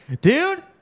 Dude